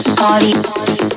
party